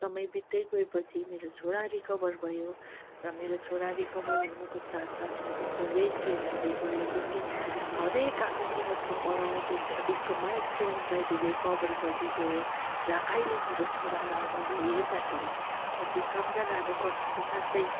समय बित्दै गएपछि मेरो छोरा रिकभर भयो र मेरो छोरा रिकभर हुनुको साथसाथमा त्यसको वेट गेन हुँदै गयो त्यसले हरेक आफ्नो जीवनको पढाउ त्यसको मा माइलस्टोन्सलाई त्यसले कबर गर्दै गयो र अहिले मेरो छोरालाई मैले हेर्दाखेरि म त्यो सम्झनाहरू गर्छु कि साँच्चै